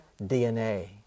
DNA